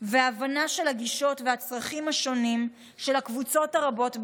והבנה של הגישות והצרכים השונים של הקבוצות הרבות בישראל.